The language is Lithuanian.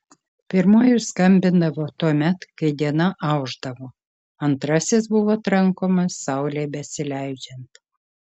pirmuoju skambindavo tuomet kai diena aušdavo antrasis buvo trankomas saulei besileidžiant